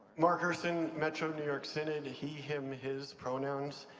mark gerson, metro new york synod, he, him, his, pronouns.